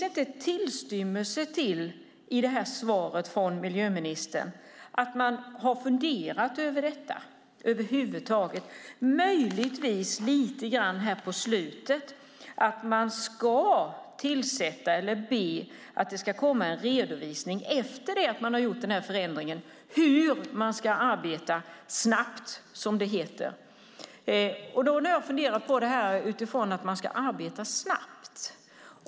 Det finns i svaret från miljöministern inte antydan till att man över huvud taget funderat över det, utom möjligtvis lite grann i slutet där det sägs att regeringen, efter att förändringen gjorts, ska begära en redovisning av hur man ska arbeta snabbt, som det heter. Jag har funderat på detta med att arbeta snabbt.